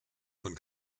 von